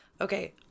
Okay